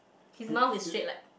his mouth is straight like